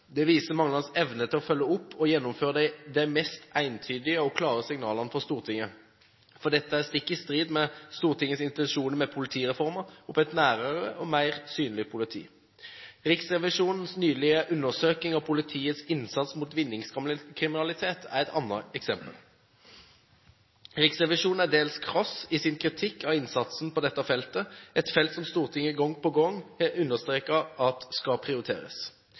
Det viser manglende evne til å følge opp og gjennomføre de mest entydige og klare signalene fra Stortinget, for dette er stikk i strid med Stortingets intensjoner med politireformen om et nærere og mer synlig politi. Riksrevisjonens nylige undersøkelse av politiets innsats mot vinningskriminalitet er et annet eksempel. Riksrevisjonen er dels krass i sin kritikk av innsatsen på dette feltet, et felt som Stortinget gang på gang har understreket at skal prioriteres.